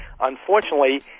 unfortunately